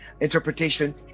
interpretation